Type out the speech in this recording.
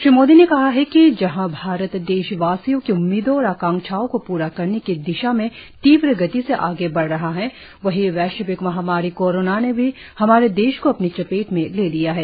श्री मोदी ने कहा है कि जहां भारत देशवासियों की उम्मीदों और आकांक्षाओं को पूरा करने की दिशा में तीव्र गति से आगे बढ़ रहा है वहीं वैश्विक महामारी कोरोना ने भी हमारे देश को अपनी चपेट में ले लिया है